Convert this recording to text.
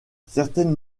certaines